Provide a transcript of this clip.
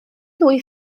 ddwy